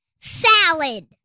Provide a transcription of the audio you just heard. Salad